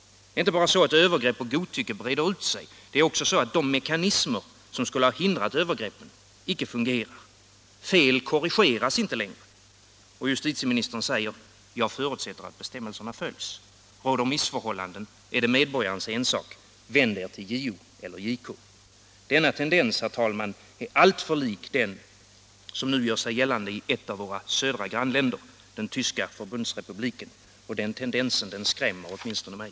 Det är inte bara så att övergrepp och godtycke breder ut sig. Det är också så, att de mekanismer som skulle ha hindrat övergreppen icke fungerar. Fel korrigeras inte längre. Och justitieministern säger: Jag förutsätter att bestämmelserna följs. Råder missförhållanden är det medborgarens ensak. Vänd er till JO eller JK! Denna tendens, herr talman, är alltför lik den som nu gör sig gällande i vårt södra grannland, den tyska förbundsrepubliken. Och den tendensen skrämmer åtminstone mig.